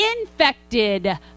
infected